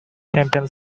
champion